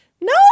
no